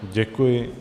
Děkuji.